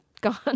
gone